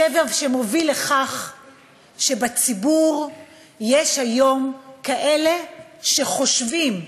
שבר שמוביל לכך שבציבור יש היום כאלה שחושבים,